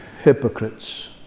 hypocrites